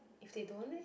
if they don't leh